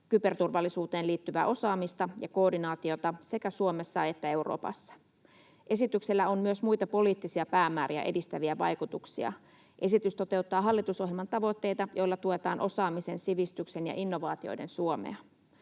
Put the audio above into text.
kyberturvallisuuteen liittyvää osaamista ja koordinaatiota sekä Suomessa että Euroopassa. Esityksellä on myös muita poliittisia päämääriä edistäviä vaikutuksia. Esitys toteuttaa hallitusohjelman tavoitteita, joilla tuetaan osaamisen, sivistyksen ja innovaatioiden Suomea.